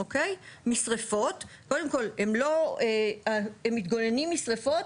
כשל חשמלי 27%. זה מדהים.